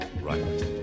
Right